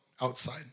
outside